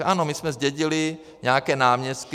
Ano, my jsme zdědili nějaké náměstky.